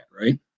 right